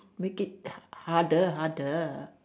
make it tough harder harder